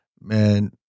man